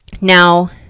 Now